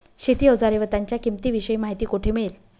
शेती औजारे व त्यांच्या किंमतीविषयी माहिती कोठे मिळेल?